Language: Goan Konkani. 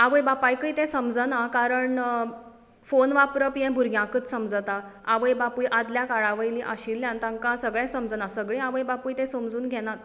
आवय बापायकय ते समजनां कारण फोन वापरप हें भुरग्यांकूच समजता आवय बापूय आदल्या काळां वयलीं आशिल्ल्यान तांकां सगळें समजना सगळीं आवय बापूय तें समजून घेनात